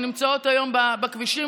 שנמצאות היום בכבישים,